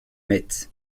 metz